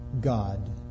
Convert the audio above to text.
God